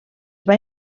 van